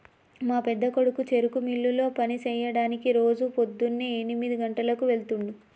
మా పెద్దకొడుకు చెరుకు మిల్లులో పని సెయ్యడానికి రోజు పోద్దున్నే ఎనిమిది గంటలకు వెళ్తుండు